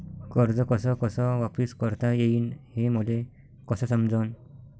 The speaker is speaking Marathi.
कर्ज कस कस वापिस करता येईन, हे मले कस समजनं?